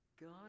God